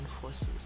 forces